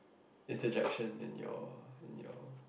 interjection in your in your